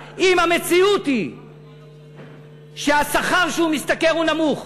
המציאות היא שהשכר שהוא משתכר הוא נמוך.